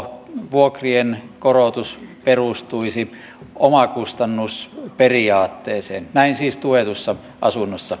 vuokrien korotus perustuisi omakustannusperiaatteeseen näin siis tuetuissa asunnoissa